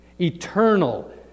eternal